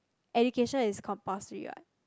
education is compulsory what